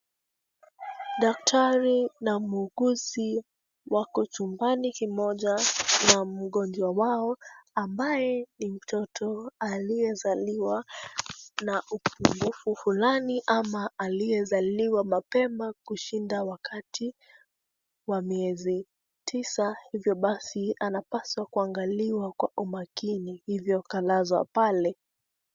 Daktari na muuguzi wako chumbani kimoja na mgonjwa wao ambaye ni mtoto aliyezaliwa na upungufu fulani ama aliyezaliwa mapema kushinda wakati wa miezi tisa hivyo basi anapaswa kuangaliwa kwa umakini hivyo kalazwa pale.